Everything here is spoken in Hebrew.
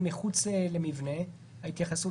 ניסיתי לענות תשובה שלמה מן ההתחלה ועד הסוף.